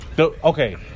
Okay